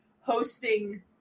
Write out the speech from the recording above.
hosting